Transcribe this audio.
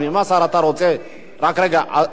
אם השר, אתה רוצה, רק רגע.